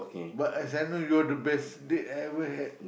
but as I know you're the best date I ever had